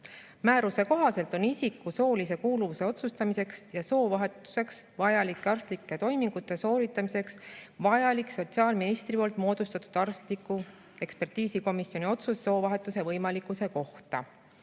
Määruse kohaselt on isiku soolise kuuluvuse otsustamiseks ja soovahetuseks vajalike arstlike toimingute sooritamiseks vajalik sotsiaalministri moodustatud arstliku ekspertiisikomisjoni otsus soovahetuse võimalikkuse kohta.